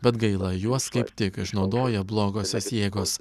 bet gaila juos kaip tik išnaudoja blogosios jėgos